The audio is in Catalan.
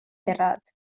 terrat